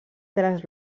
teles